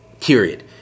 period